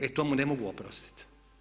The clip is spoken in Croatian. E to mu ne mogu oprostiti.